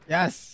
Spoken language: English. Yes